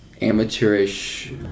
amateurish